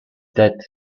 dead